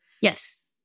Yes